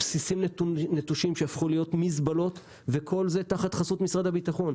בסיסים נטושים שהפכו להיות מזבלות וכל זה בחסות משרד הביטחון.